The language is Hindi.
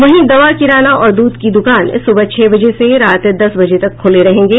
वहीं दवा किराना और दूध के दुकान सुबह छह बजे से रात दस बजे तक ख़ुले रहेंगे